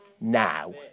now